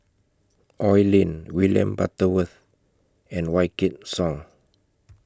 Oi Lin William Butterworth and Wykidd Song